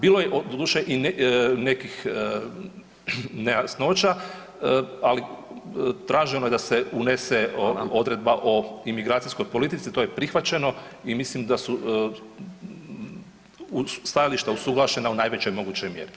Bilo je doduše i nekih nejasnoća, ali traženo je da se unese odredba o imigracijskoj politici, to je prihvaćeno i mislim da su stajališta usuglašena u najvećoj mogućoj mjeri.